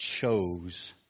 chose